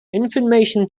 information